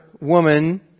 woman